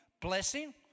blessing